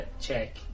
check